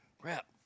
Crap